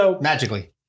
magically